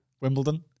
Wimbledon